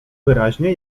wyraźnie